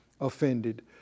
offended